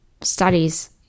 studies